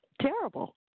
terrible